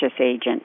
agent